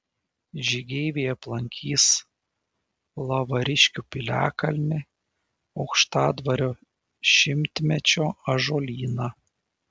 žygeiviai aplankys lavariškių piliakalnį aukštadvario šimtmečio ąžuolyną